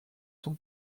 son